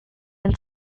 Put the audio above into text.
and